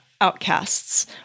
outcasts